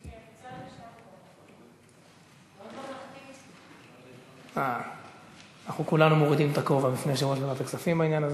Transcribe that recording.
הצעת ועדת הכספים בדבר פיצול חלק שפוצל מהצעת חוק ההתייעלות